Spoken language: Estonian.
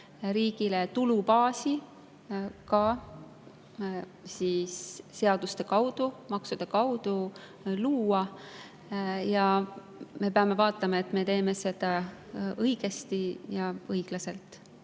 riigile tulubaasi seaduste ja maksude kaudu luua. Me peame vaatama, et me teeme seda õigesti ja õiglaselt.